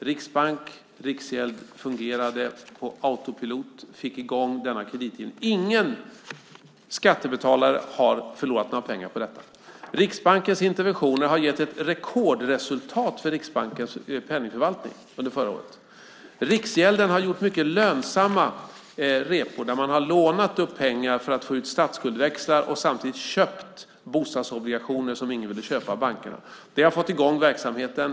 Riksbanken och Riksgälden fungerade med autopilot och fick i gång denna kreditgivning. Ingen skattebetalare har förlorat några pengar på detta. Riksbankens interventioner har gett ett rekordresultat för Riksbankens penningförvaltning under förra året. Riksgälden har gjort mycket lönsamma repor där man har lånat upp pengar för att få ut statsskuldväxlar och samtidigt köpt bostadsobligationer som ingen ville köpa av bankerna. Det har fått i gång verksamheten.